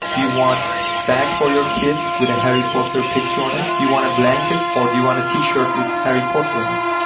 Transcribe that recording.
do you want bag for your kid with a harry potter picture on it? do you want a blanket, or do you want a t-shirt with harry potter in it?